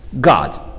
God